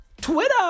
Twitter